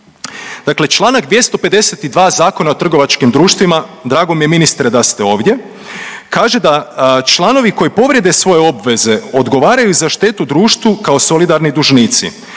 Dakle čl. 252 ZTD-a, drago mi je, ministre, da ste ovdje, kaže da članovi koji povrijede svoje obveze, odgovaraju za štetu društvu kao solidarni dužnici.